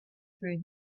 through